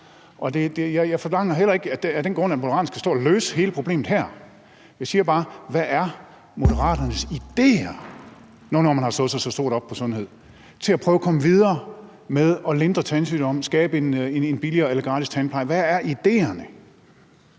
jeg forlanger heller ikke af den grund, at Moderaterne skal stå og løse hele problemet her. Jeg spørger bare: Hvad er Moderaternes idéer, når nu man har slået sig så stort op på sundhed, til at prøve at komme videre med at lindre tandsygdomme og skabe en billigere eller gratis tandpleje? Hvad er idéerne?